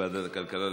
לוועדת הכלכלה.